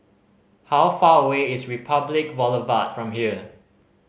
how far away is Republic Boulevard from here